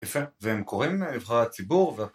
יפה, והם קוראים לנבחרי הציבור